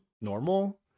normal